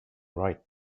right